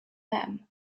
them